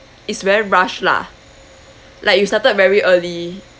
it's very rush lah like you started very early